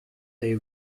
they